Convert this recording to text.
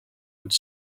would